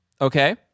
Okay